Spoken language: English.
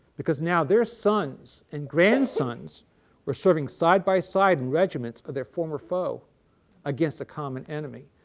because now their sons and grandsons were serving side by side in regiments of their former foe against a common enemy.